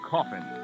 Coffin